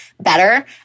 better